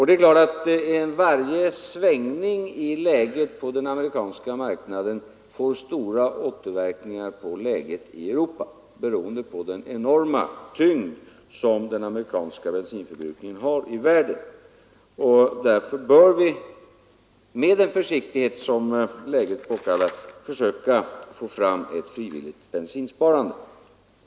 Det är klart att varje svängning i läget på den amerikanska marknaden får stora återverkningar på läget i Europa, beroende på den enorma tyngd som den amerikanska bensinförbrukningen har i världen. Därför bör vi iaktta den försiktighet som läget påkallar och försöka få fram ett frivilligt bensinsparande.